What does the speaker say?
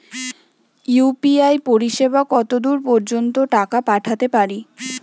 UPI পরিসেবা কতদূর পর্জন্ত টাকা পাঠাতে পারি?